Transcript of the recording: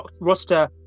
roster